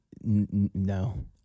no